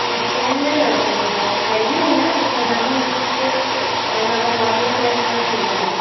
ഡിസൈന് പിന്നെ കയ്യിൽ ഇല്ല പക്ഷേ എന്നാലും കുറച്ച് നല്ല മോഡലെക്കെ ആയിട്ടുള്ള ചെയ്താൽ മതി